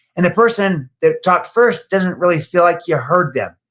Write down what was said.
and the person that talked first doesn't really feel like you heard them,